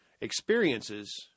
experiences